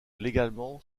légalement